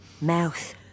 mouth